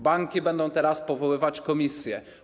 Banki będą teraz powoływać komisje.